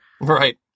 Right